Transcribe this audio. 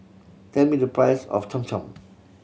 tell me the price of Cham Cham